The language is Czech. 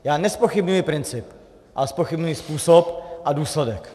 Já nezpochybňuji princip, ale zpochybňuji způsob a důsledek.